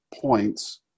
points